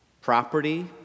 property